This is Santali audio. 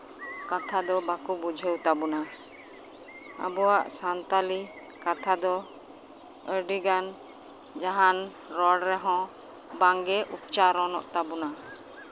ᱠᱟᱛᱷᱟ ᱫᱚ ᱵᱟᱠᱚ ᱵᱩᱡᱷᱟᱹᱣ ᱛᱟᱵᱚᱱᱟ ᱟᱵᱚᱣᱟᱜ ᱥᱟᱱᱛᱟᱲᱤ ᱠᱟᱛᱷᱟ ᱫᱚ ᱟᱹᱰᱤᱜᱟᱱ ᱡᱟᱦᱟᱱ ᱨᱚᱲ ᱨᱮᱦᱚᱸ ᱵᱟᱝᱜᱮ ᱩᱪᱪᱟᱨᱚᱱᱚᱜ ᱛᱟᱵᱚᱱᱟ